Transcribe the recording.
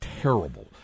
terrible